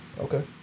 okay